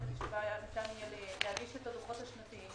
שבה ניתן יהיה להגיש את הדוחות השנתיים